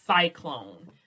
cyclone